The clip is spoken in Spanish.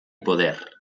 poder